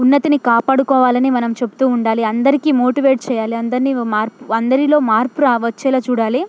ఉన్నతిని కాపాడుకోవాలని మనం చెబుతూ ఉండాలి అందరికి మోటివేట్ చేయాలి అందరినీ మార్పు అందరిలో మార్పు రా వచ్చేలా చూడాలి